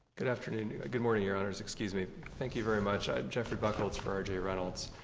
good afternoon, good morning, your honor's, thank you very much. ah jeffrey buckles for r j. reynolds.